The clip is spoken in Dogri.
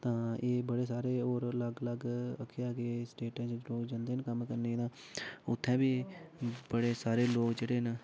तां एह् बड़े सारे ओर अलग अलग रक्खेआ गेदा स्टेटें च रोज़ जंदे न कम्म करन उत्थें बी बड़े सारें लोक जेह्ड़े न